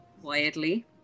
quietly